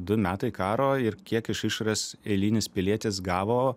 du metai karo ir kiek iš išorės eilinis pilietis gavo